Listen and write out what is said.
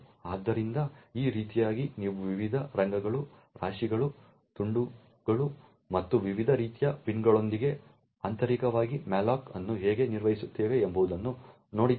ಆದ್ದರಿಂದ ಈ ರೀತಿಯಾಗಿ ನಾವು ವಿವಿಧ ರಂಗಗಳು ರಾಶಿಗಳು ತುಂಡುಗಳು ಮತ್ತು ವಿವಿಧ ರೀತಿಯ ಬಿನ್ಗಳೊಂದಿಗೆ ಆಂತರಿಕವಾಗಿ ಮ್ಯಾಲೋಕ್ ಅನ್ನು ಹೇಗೆ ನಿರ್ವಹಿಸುತ್ತೇವೆ ಎಂಬುದನ್ನು ನೋಡಿದ್ದೇವೆ